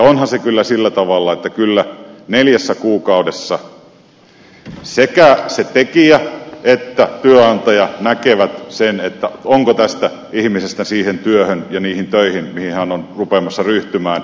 onhan se kyllä sillä tavalla että kyllä neljässä kuukaudessa sekä se tekijä että työnantaja näkevät sen onko tästä ihmisestä siihen työhön ja niihin töihin mihin hän on ryhtymässä